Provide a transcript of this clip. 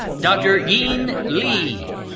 dr. yin li.